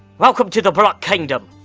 welcome to the black kingdom.